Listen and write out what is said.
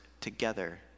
together